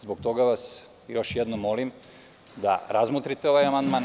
Zbog toga vas još jednom molim da razmotrite ovaj amandman.